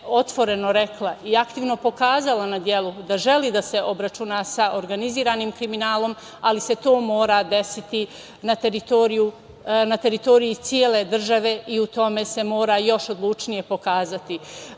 otvoreno rekla i aktivno pokazala na delu da želi da se obračuna sa organizovanim kriminalom, ali se to mora desiti na teritoriji cele države i u tome se mora još odlučnije